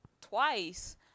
twice